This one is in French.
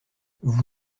vous